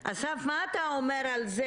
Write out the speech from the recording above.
אסף, מה אתה אומר על זה